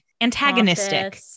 Antagonistic